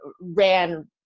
ran